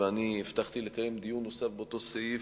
ואני הבטחתי לקיים דיון נוסף באותו סעיף,